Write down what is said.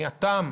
מיעוטם,